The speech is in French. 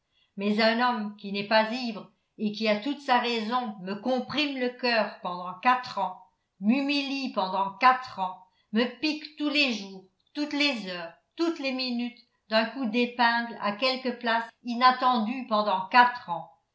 mais un homme qui n'est pas ivre et qui a toute sa raison me comprime le cœur pendant quatre ans m'humilie pendant quatre ans me pique tous les jours toutes les heures toutes les minutes d'un coup d'épingle à quelque place inattendue pendant quatre ans